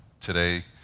today